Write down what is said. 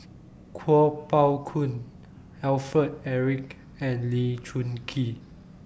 Kuo Pao Kun Alfred Eric and Lee Choon Kee